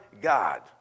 God